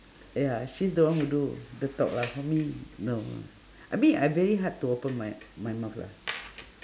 ya she's the one who do the talk lah for me no no I mean I very hard to open my my mouth lah